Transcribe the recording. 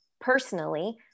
personally